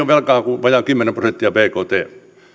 velkaa kuin vajaa kymmenen prosenttia bktstä